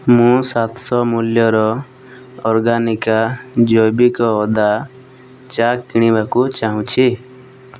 ମୁଁ ସାତଶହ ମୂଲ୍ୟର ଅର୍ଗାନିକା ଜୈବିକ ଅଦା ଚା' କିଣିବାକୁ ଚାହୁଁଛି